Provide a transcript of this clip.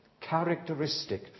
characteristic